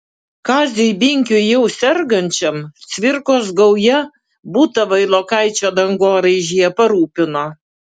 kaziui binkiui jau sergančiam cvirkos gauja butą vailokaičio dangoraižyje parūpino